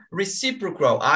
reciprocal